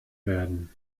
werden